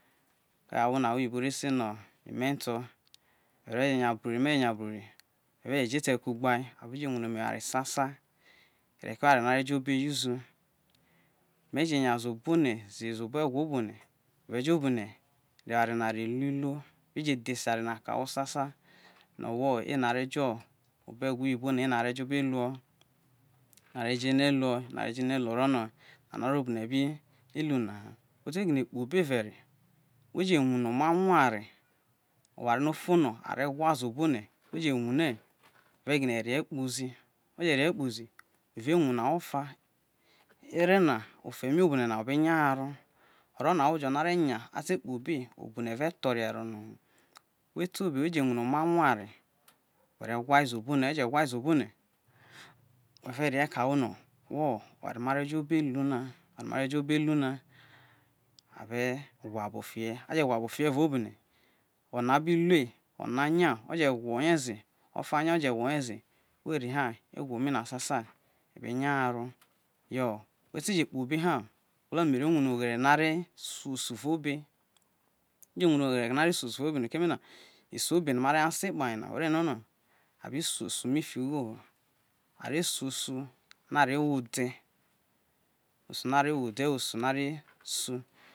ahwo no ahwo iyibo re̱ se no me̱ntol, me̱re̱ riya bru ri me ye̱ nya bra ri, imere je jo ete kugba are je wune ome eware sesa oghere ke awere no ore jo obe yu zu me je nya ze obo no evao obo ne me̱ re̱ jo oboru ro eware no ro lu iluo me re je dhese eware no ro ke ahwo sasa no wo obo̱ egwi iyibo na ene are jo̱ obe ino, are, o ene̱ lu are jo ene̱ luo, ojono o̱rio ro̱ o̱bo ne bi lua we ti giue̱ kpo obe vere weje wune̱ omome̱ oware oware no̱ we̱ re̱ gine reye kpozi we je re ye kpozi we re wane ahwo fa, ere na ofe mi obone na obe nya na nya na obone re tho̱ ri ero no na we to obe we je wune omamo̱ oware werewai ze̱ obone we je wa ze obone wo ve re ye ke ahwo no wo oware are jo obe lu na hare̱ wa bofi ye, aje wa bo fi ye ero obone no a bi lue. Ona nya ore gwo oye ze ofa nya oje̱ gwa oye ze weri ha egwo me ro sase ebe nga haro yo we ti je kpo obe ha, ma gwolo no̱ mare wurie oghere no a re so osu avao obe, me je̱ wune oghere ni̱ are̱ suosu ro be no̱ keme no̱, isu obe no ma re̱ ha si kpa hemo me be rue no̱ abi suosu fiki ughe are suo osu ori aro who ode̱. Osu no aro wo ode̱ ho̱ osa no are su.